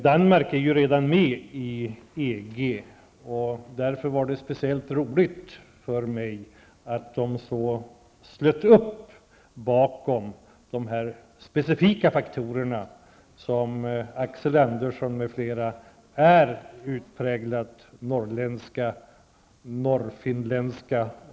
Danmark är ju redan med i EG, och därför var det speciellt roligt för mig att Danmark slöt upp bakom det som är utpräglat norrländskt -- liksom Axel Andersson m.fl. --, nordfinskt och nordnorskt.